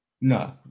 no